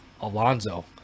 Alonzo